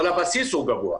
אבל הבסיס הוא גבוה.